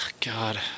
God